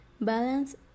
balance